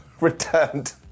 returned